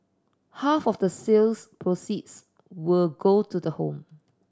half of the sales proceeds will go to the home